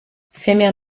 fêmea